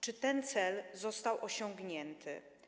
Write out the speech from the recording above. Czy ten cel został osiągnięty?